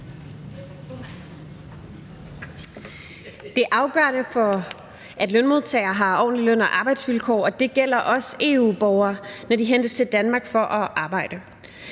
Det afgørende for, at lønmodtagere har ordentlige løn- og arbejdsvilkår, er, at det også gælder EU-borgere, når de hentes til Danmark for at arbejde.